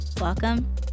Welcome